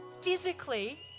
Physically